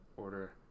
order